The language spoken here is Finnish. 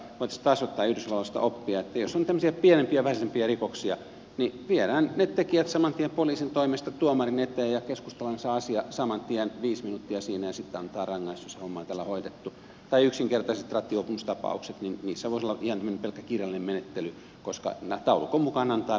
voitaisiin taas ottaa yhdysvalloista oppia että jos on tämmöisiä pienempiä vähäisempiä rikoksia niin viedään ne tekijät saman tien poliisin toimesta tuomarin eteen ja keskustellaan se asia saman tien viisi minuuttia siinä ja sitten annetaan rangaistus ja homma on tällä hoidettu tai yksinkertaisissa rattijuopumustapauksissa voisi olla ihan tämmöinen pelkkä kirjallinen menettely koska taulukon mukaan annetaan rangaistukset